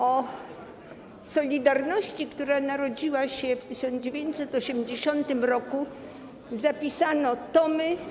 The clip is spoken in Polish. O „Solidarności”, która narodziła się w 1980 r., napisano tomy.